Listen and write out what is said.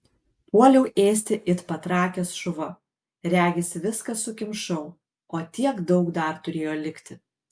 puoliau ėsti it patrakęs šuva regis viską sukimšau o tiek daug dar turėjo likti